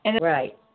Right